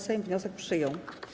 Sejm wniosek przyjął.